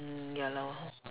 mm ya lor